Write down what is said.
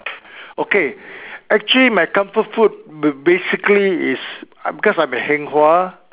okay actually my comfort food ba~ basically is because I'm a heng hua